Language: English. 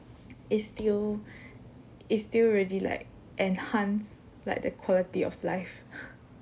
it feel it feel already like enhance like the quality of life